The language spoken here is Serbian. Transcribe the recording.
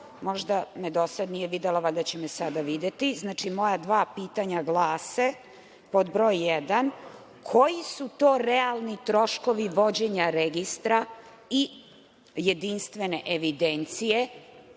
možda me do sada nije videla, valjda će me sada videti. Znači, moja dva pitanja glase, pod broj jedan, koji su to realni troškovi vođenja registra i jedinstvene evidencije